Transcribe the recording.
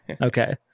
Okay